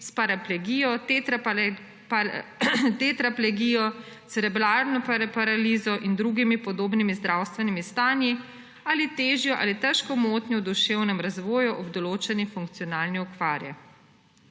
s paraplegijo, tetraplegijo, cerebralno paralizo in drugimi podobnimi zdravstvenimi stanji ali težjo ali težko motnjo v duševnem razvoju ob določeni funkcionalni okvari.